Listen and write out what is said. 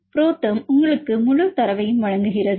ப்ரொதேர்ம் உங்களுக்கு முழு தரவையும் வழங்குகிறது